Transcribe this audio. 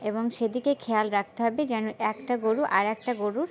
এবং সেদিকে খেয়াল রাখতে হবে যেন একটা গরু আর একটা গরুর